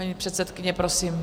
Paní předsedkyně, prosím.